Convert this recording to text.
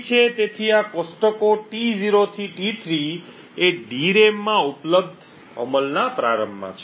તેથી આ કોષ્ટકો T0 થી T3 એ DRAM માં ઉપલબ્ધ અમલના પ્રારંભમાં છે